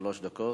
שלוש דקות.